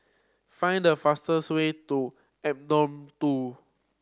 find the fastest way to two